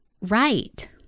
right